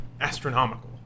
astronomical